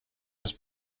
ist